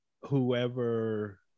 whoever